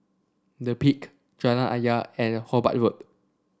The Peak Jalan Ayer and Hobart Road